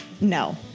no